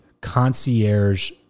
concierge